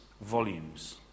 volumes